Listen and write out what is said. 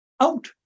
out